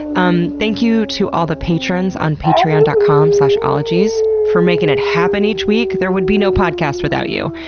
um thank you to all the patrons on patreon dot com slash ologies for making it happen each week. there would be no podcast without you.